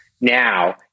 Now